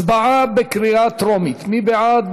הצבעה בקריאה טרומית: מי בעד?